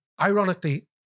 Ironically